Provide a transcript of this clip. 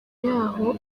yaho